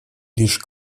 лишь